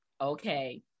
okay